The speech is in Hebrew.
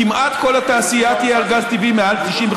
כמעט כל התעשייה תהיה על גז טבעי, מעל 95%,